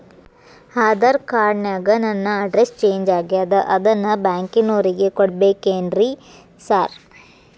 Aadhaar card ನ್ಯಾಗ ನನ್ address change ಆಗ್ಯಾದ ಅದನ್ನ ಬ್ಯಾಂಕಿನೊರಿಗೆ ಕೊಡ್ಬೇಕೇನ್ರಿ ಸಾರ್?